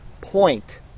point